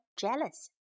jealous